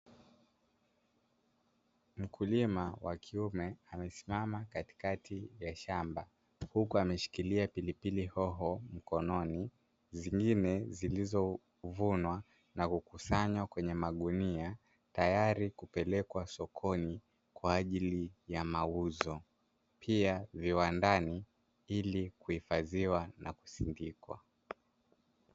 Mkulima wa kiume amesimama katikati ya shamba huku ameshikilia pilipili hoho mkononi, zingine zilizovunwa na kukusanywa kwenye magunia, tayari kupelekwa sokoni kwa ajili ya mauzo, pia viwandani ili kuhifadhiwa na kusindikwa.